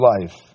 life